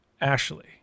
Ashley